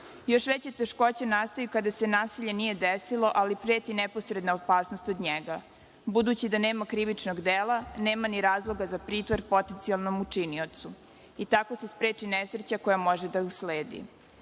veće teškoće nastaju kada se nasilje nije desilo, ali preti neposredna opasnost od njega. Budući da nema krivičnog dela nema ni razloga za pritvor potencionalnom učiniocu i tako se spreči nesreća koja može da usledi.